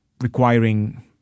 requiring